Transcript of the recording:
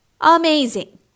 Amazing